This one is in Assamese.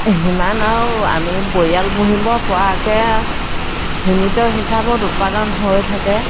সিমান আৰু আমি পৰিয়াল পুহিব পৰাকে সীমিত হিচাপত উৎপাদন হৈ থাকে